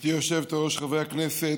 גברתי היושבת-ראש, חברי הכנסת,